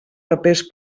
papers